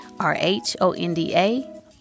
R-H-O-N-D-A